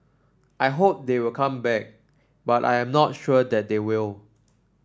I hope they will come back but I am not sure that they will